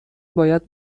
باید